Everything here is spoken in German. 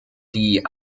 die